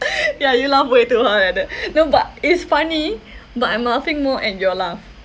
ya you laughed way too hard at that no but it's funny but I'm laughing more at your laugh